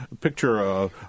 picture